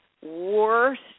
worst